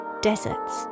deserts